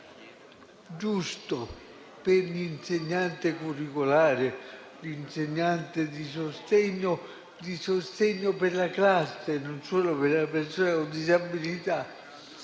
giusto tra l'insegnante curricolare, l'insegnante di sostegno (di sostegno per la classe, non solo per la persona con disabilità),